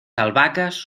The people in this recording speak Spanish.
albahacas